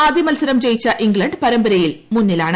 ആദ്യ മത്സരം ജയിച്ച ഇംഗ്ലണ്ട് പരമ്പരയിൽ മുന്നിലാണ്